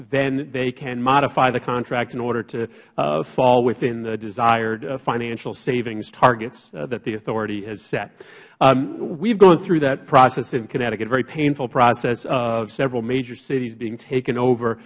then they can modify the contract in order to fall within the desired financial savings targets that the authority has set we have gone through that process in connecticut very painful process of several major cities being taken over